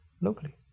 locally